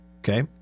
Okay